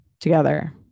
together